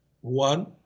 One